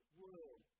world